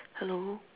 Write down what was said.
hello